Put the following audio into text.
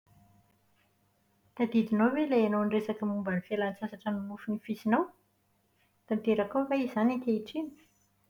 Tadidinao ve ilay ianao niresaka momba ny fialan-tsasatra nofinofinofisinao? Tanterakao va izany ankehitriny?